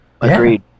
Agreed